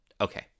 okay